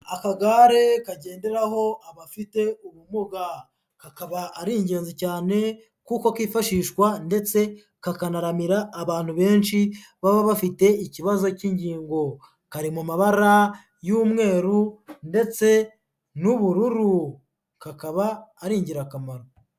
Akagare kagenderaho abafite ubumuga, kakaba ari ingenzi cyane kuko kifashishwa ndetse kakanaramira abantu benshi baba bafite ikibazo cy'ingingo, kari mu mabara y'umweru ndetse n'ubururu, kakaba ari ingirakamaro.